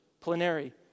Plenary